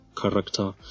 character